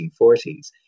1940s